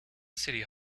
city